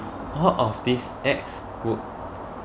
all of this acts would